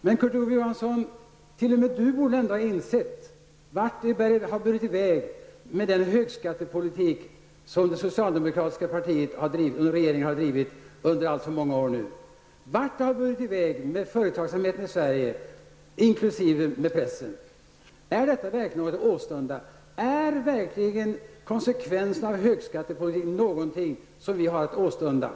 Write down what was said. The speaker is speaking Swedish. Men t.o.m. Kurt Ove Johansson borde väl ändå ha insett vart det har burit iväg med den högskattepolitik som det socialdemokratiska partiet och regeringen har drivit under alltför många år nu, vart det har burit iväg med företagsamheten i Sverige, inkl. pressen. Är verkligen konsekvenserna av högskattepolitiken någonting som vi har att åstunda?